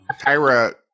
tyra